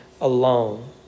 alone